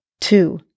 two